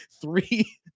three